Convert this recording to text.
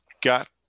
got